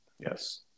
Yes